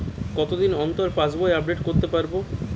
কতদিন অন্তর পাশবই আপডেট করতে পারব?